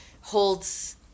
holds